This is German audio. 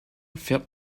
fährt